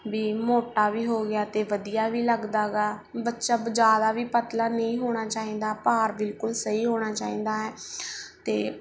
ਵੀ ਮੋਟਾ ਵੀ ਹੋ ਗਿਆ ਅਤੇ ਵਧੀਆ ਵੀ ਲੱਗਦਾ ਗਾ ਬੱਚਾ ਬ ਜ਼ਿਆਦਾ ਵੀ ਪਤਲਾ ਨਹੀਂ ਹੋਣਾ ਚਾਹੀਦਾ ਭਾਰ ਬਿਲਕੁਲ ਸਹੀ ਹੋਣਾ ਚਾਹੀਦਾ ਹੈ ਅਤੇ